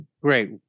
Great